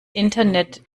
internet